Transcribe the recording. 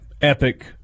epic